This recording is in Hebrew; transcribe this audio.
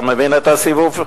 אתה מבין את הסיבוב,